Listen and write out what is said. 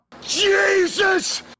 jesus